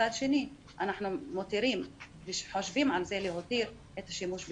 ומצד שני אנחנו חושבים על התרת השימוש בסמים.